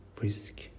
risk